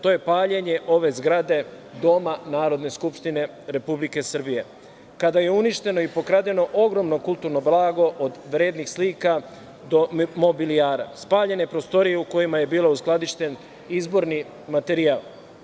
To je paljenje ove zgrade, Doma Narodne skupštine Republike Srbije, kada je uništeno i pokradeno ogromno kulturno blago od vrednih slika, do mobilijara, spaljene prostorije u kojima je bio uskladišten izborni materijal.